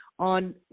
on